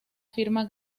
firma